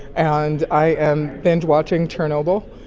and i am binge-watching chernobyl.